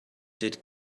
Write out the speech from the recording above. did